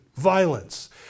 violence